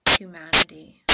humanity